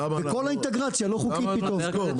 וכל האינטגרציה לא חוקית פתאום.